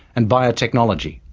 and biotechnology.